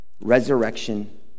resurrection